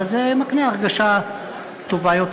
אבל זה מקנה הרגשה טובה יותר.